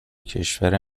کشور